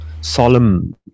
solemn